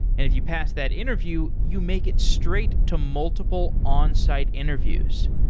if you pass that interview, you make it straight to multiple on-site interviews.